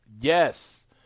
Yes